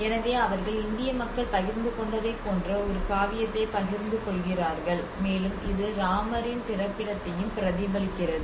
எனவே அவர்கள் இந்திய மக்கள் பகிர்ந்து கொண்டதைப் போன்ற ஒரு காவியத்தைப் பகிர்ந்து கொள்கிறார்கள் மேலும் இது ராமரின் பிறப்பிடத்தையும் பிரதிபலிக்கிறது